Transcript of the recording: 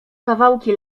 kawałki